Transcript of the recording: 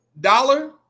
dollar